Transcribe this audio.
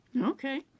Okay